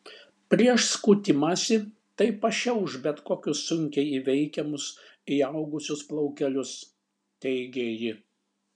prieš skutimąsi tai pašiauš bet kokius sunkiai įveikiamus įaugusius plaukelius teigė ji